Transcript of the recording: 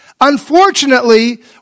Unfortunately